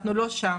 אנחנו לא שם.